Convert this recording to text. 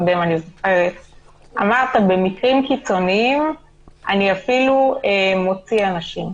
אמרת שבמקרים קיצוניים אתה אפילו מוציא אנשים.